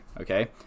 okay